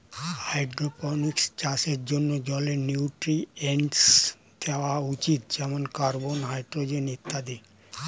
hydroponics চাষের জন্যে জলে নিউট্রিয়েন্টস দেওয়া উচিত যেমন কার্বন, হাইড্রোজেন ইত্যাদি